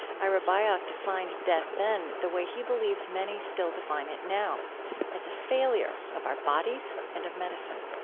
ira byock defined death then the way he believes many still define it now as a failure of our bodies, and of medicine